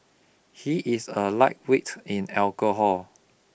he is a lightweight in alcohol